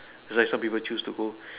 it's like some people choose to go